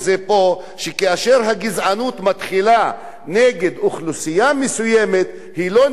שכאשר הגזענות מתחילה נגד אוכלוסייה מסוימת היא לא נגמרת שם,